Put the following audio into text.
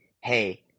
hey